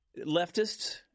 leftists